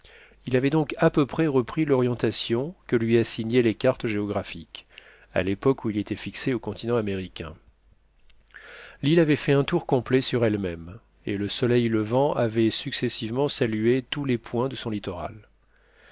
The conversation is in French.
il avait donc à peu près repris l'orientation que lui assignaient les cartes géographiques à l'époque où il était fixé au continent américain l'île avait fait un tour complet sur elle-même et le soleil levant avait successivement salué tous les points de son littoral